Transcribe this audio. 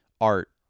art